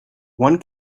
one